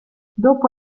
dopo